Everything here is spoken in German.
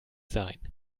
sein